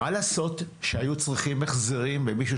מה לעשות שהיו צריכים החזרים ומישהו